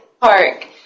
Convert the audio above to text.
Park